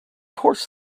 course